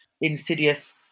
insidious